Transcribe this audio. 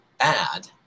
Add